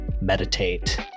meditate